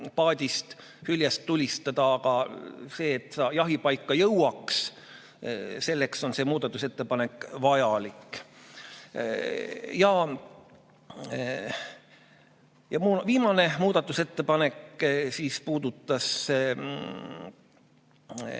mootorpaadist hüljest tulistada, aga selleks, et sa jahipaika jõuaks, on see muudatusettepanek vajalik. Viimane muudatusettepanek puudutas